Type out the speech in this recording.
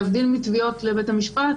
להבדיל מתביעות לבית המשפט,